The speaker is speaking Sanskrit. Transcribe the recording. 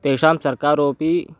तेषां सर्कारोऽपि